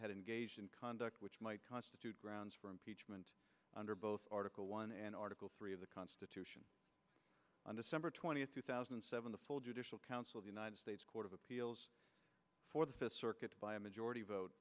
had engaged in conduct which might constitute grounds for impeachment under both article one and article three of the constitution or twentieth two thousand and seven the full judicial council the united states court of appeals for the fifth circuit by a majority vote